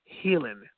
Healing